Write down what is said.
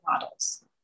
models